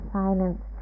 silence